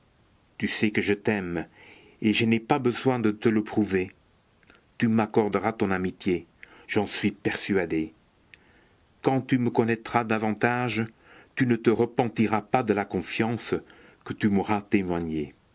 tu sais que je t'aime et je n'ai pas besoin de te le prouver tu m'accorderas ton amitié j'en suis persuadé quand tu me connaîtras davantage tu ne te repentiras pas de la confiance que tu m'auras témoignée